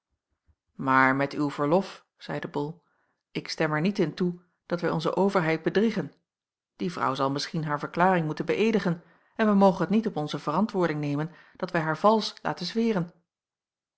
maar met uw verlof zeide bol ik stem er niet in toe dat wij onze overheid bedriegen die vrouw zal misschien haar verklaring moeten beëedigen en wij mogen het niet op onze verantwoording nemen dat wij haar valsch laten zweren